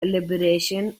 liberation